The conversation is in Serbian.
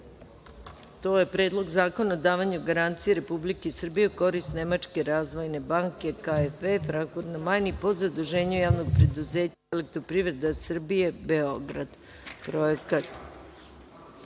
glasanje Predlog zakona o davanju garancije Republike Srbije u korist Nemačke razvojne banke KfW, Frankfurt na Majni, po zaduženju Javnog preduzeća „Elektroprivrede Srbije“, Beograd